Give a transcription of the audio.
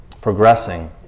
progressing